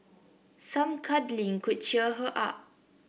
some cuddling could cheer her up